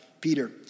Peter